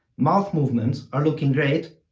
mouth movements are looking great,